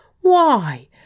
Why